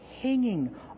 hanging